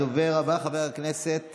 הדובר הבא, חבר הכנסת